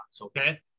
okay